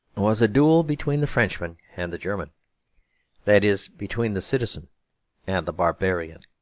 was a duel between the frenchman and the german that is, between the citizen and the barbarian.